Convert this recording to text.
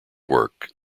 work